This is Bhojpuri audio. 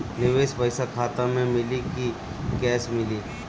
निवेश पइसा खाता में मिली कि कैश मिली?